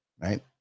right